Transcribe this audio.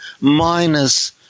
minus